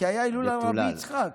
כי הייתה הילולה לרבי יצחק.